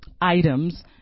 items